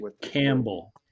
Campbell